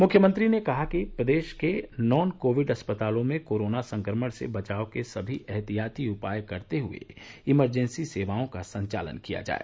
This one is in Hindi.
मृख्यमंत्री ने कहा कि प्रदेश के नॉन कोविड अस्पतालों में कोरोना संक्रमण से बचाव के सभी एहतियाती उपाय करते हुए इमरजेंसी सेवाओं का संचालन किया जाए